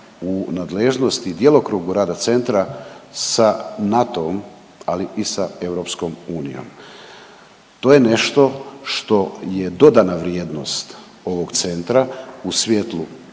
u nadležnosti i djelokrugu rada centra sa NATO-om ali i sa EU. To je nešto što je dodana vrijednost ovog centra u svjetlu